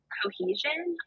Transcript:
cohesion